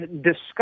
discuss